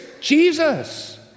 Jesus